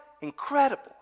incredible